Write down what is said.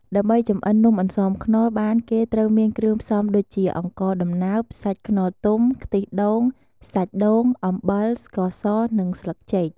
ដើម្បីចម្អិននំអន្សមខ្នុរបានគេត្រូវមានគ្រឿងផ្សំដូចជា អង្ករដំណើប សាច់ខ្នុរទុំ ខ្ទិះដូង សាច់ដូង អំបិល ស្ករសនិងស្លឹកចេក។